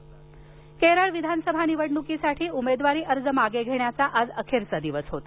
केरळ निवडणक केरळ विधानसभा निवडणुकीसाठी उमेदवारी अर्ज मागे घेण्याचा आज अखेरचा दिवस होता